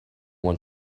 want